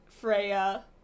Freya